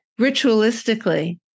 ritualistically